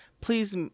please